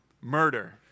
murder